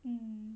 mm